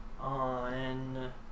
on